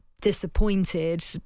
disappointed